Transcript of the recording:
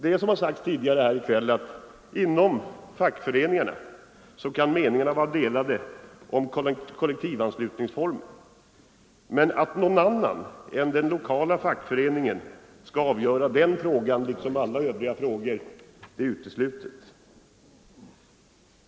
Inom fackföreningsrörelsen kan, som sagts tidigare i kväll, meningarna vara delade om kollektivanslutningsformen. Men att någon annan än de lokala fackföreningarna skall avgöra denna liksom övriga frågor är uteslutet.